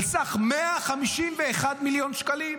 על סך 151 מיליון שקלים,